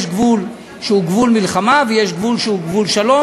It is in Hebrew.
יש גבול שהוא גבול מלחמה ויש גבול שהוא גבול שלום,